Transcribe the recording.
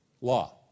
law